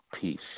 Peace